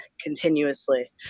continuously